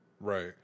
right